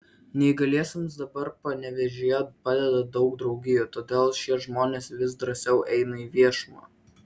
neįgaliesiems dabar panevėžyje padeda daug draugijų todėl šie žmonės vis drąsiau eina į viešumą